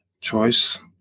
choice